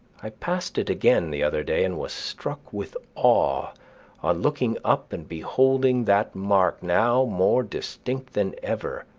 i passed it again the other day, and was struck with awe on looking up and beholding that mark, now more distinct than ever,